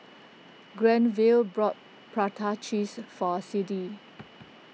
Granville bought Prata Cheese for Siddie